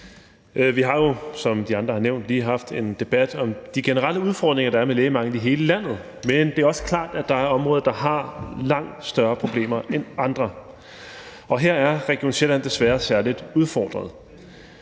Vi har jo, som de andre har nævnt, lige haft en debat om de generelle udfordringer, der er med lægemangel i hele landet, men det er også klart, at der er områder, der har langt større problemer end andre. Her er Region Sjælland desværre særlig udfordret.